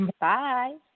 Bye